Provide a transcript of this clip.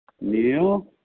Neil